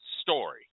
story